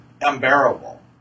unbearable